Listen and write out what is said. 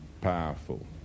powerful